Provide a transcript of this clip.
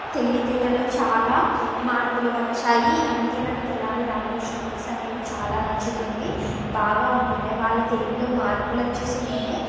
తెలివితేటలో చాలా మార్పులు వచ్చాయి అందుకే నాకు తెనాలి రామకృష్ణ బుక్స్ అనేవి చాలా నచ్చుతుంది బాగా ఉంటున్నాయి వాళ్ళ తెలివిలో మార్పులను చూసి నేను